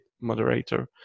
moderator